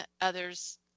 others